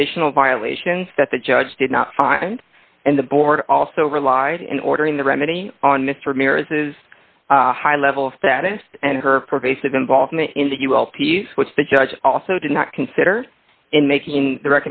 additional violations that the judge did not find and the board also relied in ordering the remedy on mr meir is a high level of status and her pervasive involvement in the well piece which the judge also did not consider in making the